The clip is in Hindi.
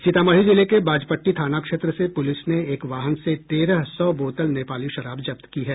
सीतामढ़ी जिले के बाजपट्टी थाना क्षेत्र से पुलिस ने एक वाहन से तेरह सौ बोतल नेपाली शराब जब्त की है